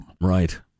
Right